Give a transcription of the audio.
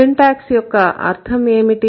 syntax యొక్క అర్థం ఏమిటి